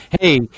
hey